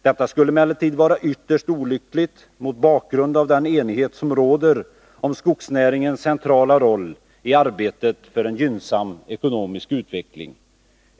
Detta skulle emellertid vara ytterst olyckligt mot bakgrund av den enighet som råder om skogsnäringens centrala roll i arbetet för en gynnsam ekonomisk utveckling.